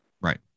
Right